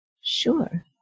Sure